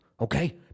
okay